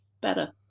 better